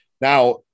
Now